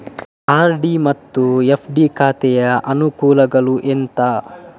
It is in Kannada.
ಆರ್.ಡಿ ಮತ್ತು ಎಫ್.ಡಿ ಖಾತೆಯ ಅನುಕೂಲಗಳು ಎಂತ?